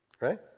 right